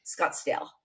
Scottsdale